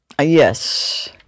Yes